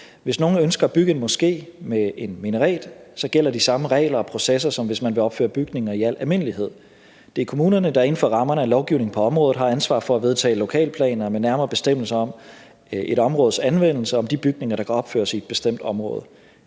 Hvis nogen ønsker at bygge en moské med en minaret, gælder de samme regler og processer, som hvis man vil opføre bygninger i al almindelighed. Det er kommunerne, der inden for rammerne af lovgivningen på området har ansvaret for at vedtage lokalplaner med nærmere bestemmelser om et områdes anvendelse og de bygninger, der kan opføres i et bestemt område.